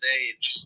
age